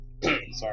Sorry